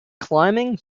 climbing